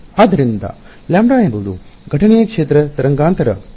ಆದ್ದರಿಂದ λ ಎಂಬುದು ಘಟನೆಯ ಕ್ಷೇತ್ರ ತರಂಗಾಂತರ